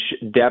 depth